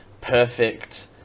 perfect